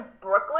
Brooklyn